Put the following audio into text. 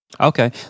Okay